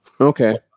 Okay